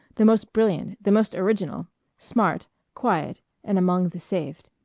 the most brilliant, the most original smart, quiet and among the saved.